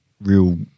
real –